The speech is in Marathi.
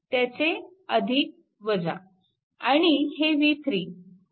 त्याचे आणि हे v3 त्याचे